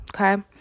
okay